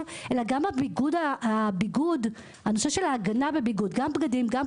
אלא גם על נושא ההגנה של הביגוד למשל כובעים,